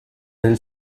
elles